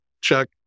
Chuck